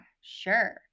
sure